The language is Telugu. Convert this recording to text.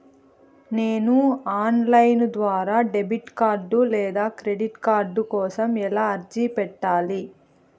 నేను ఆన్ లైను ద్వారా డెబిట్ కార్డు లేదా క్రెడిట్ కార్డు కోసం ఎలా అర్జీ పెట్టాలి?